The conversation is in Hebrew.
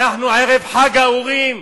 אנחנו ערב חג האורים,